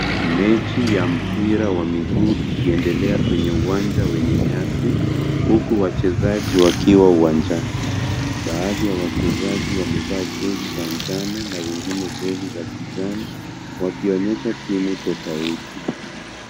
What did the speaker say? Mechi ya mpira wa miguu ikiendelea kwenye uwanja wenye nyasi, huku wachezaji wakiwa uwanjani. Baadhi ya wachezaji wamevaa jezi za njano na wengine jezi za kijani, wakionyesha timu tofauti.